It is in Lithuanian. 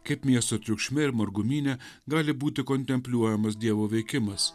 kaip miesto triukšme ir margumyne gali būti kontempliuojamas dievo veikimas